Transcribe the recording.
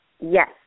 Yes